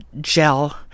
gel